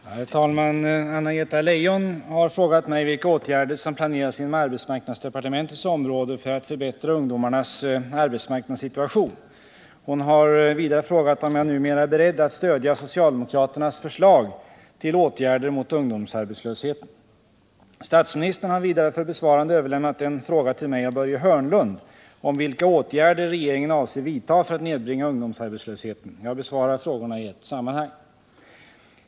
Herr talman! Anna-Greta Leijon har frågat mig vilka åtgärder som planeras inom arbetsmarknadsdepartementets område för att förbättra ungdomarnas arbetsmarknadssituation. Hon har vidare frågat om jag numera är beredd att stödja socialdemokraternas förslag till åtgärder mot ungdomsarbetslösheten. Statsministern har vidare för besvarande överlämnat en fråga till mig av Börje Hörnlund om vilka åtgärder regeringen avser vidta för att nedbringa ungdomsarbetslösheten. Jag besvarar frågorna i ett sammanhang.